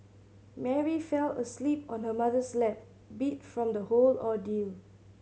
Mary fell asleep on her mother's lap beat from the whole ordeal